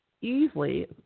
easily